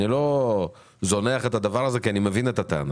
אני לא זונח את הדבר הזה כי אני מבין את הטענה.